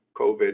COVID